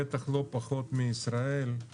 בטח לא פחות מישראל,